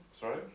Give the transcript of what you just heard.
sorry